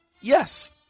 Yes